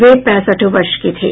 वे पैंसठ वर्ष के थे